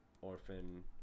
orphan